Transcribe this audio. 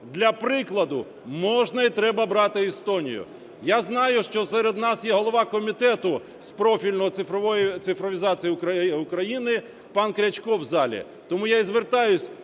Для прикладу можна і треба брати Естонію. Я знаю, що серед нас є голова Комітету профільного з цифровізації України пан Крячко в залі, тому я і звертаюсь: